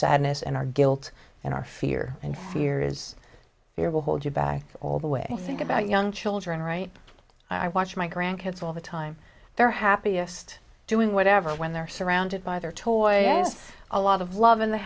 sadness and our guilt and our fear and fear is fear will hold you back all the way think about young children right i watch my grandkids all the time they're happiest doing whatever when they're surrounded by their toy i used a lot of love in the